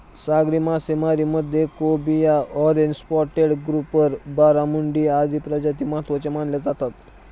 सागरी मासेमारीमध्ये cobia, orange spotted grouper, barramundi आदी प्रजाती महत्त्वाच्या मानल्या जातात